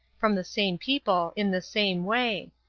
from the same people, in the same way.